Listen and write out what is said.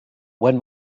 when